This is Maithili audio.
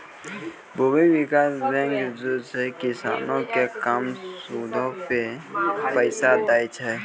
भूमि विकास बैंक जे छै, किसानो के कम सूदो पे पैसा दै छे